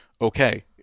okay